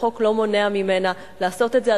החוק לא מונע ממנה לעשות את זה.